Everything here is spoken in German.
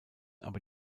aber